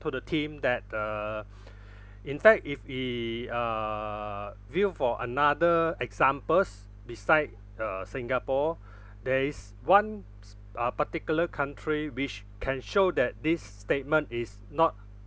to the team that uh in fact if he uh view for another examples beside uh singapore there is one s~ uh particular country which can show that this statement is not